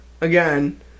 again